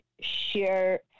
share